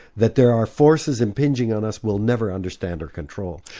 that there are forces impinging on us we'll never understand or control.